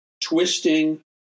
twisting